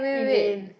Elaine